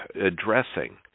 addressing